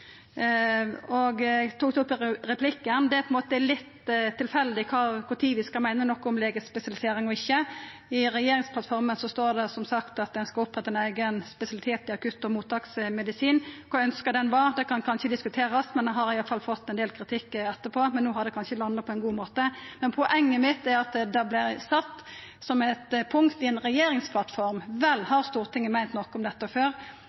Stortinget. Eg tok det opp i replikken at det er på ein måte litt tilfeldig kva tid vi skal meine noko om legespesialisering og ikkje. I regjeringsplattforma står det som sagt at ein skal oppretta ein eigen spesialitet i akutt- og mottaksmedisin. Kor ønskt den var kan kanskje diskuterast. Den har iallfall fått ein del kritikk etterpå, men no har det kanskje landa på ein god måte. Men poenget mitt er at dette vert sett opp som eit punkt i ei regjeringsplattform. Vel har Stortinget meint noko om dette før